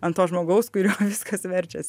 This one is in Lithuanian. ant to žmogaus kurio viskas verčiasi